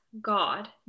God